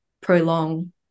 prolong